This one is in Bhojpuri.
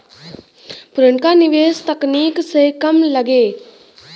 पुरनका निवेस तकनीक से कम लगे